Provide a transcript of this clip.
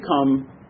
come